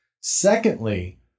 Secondly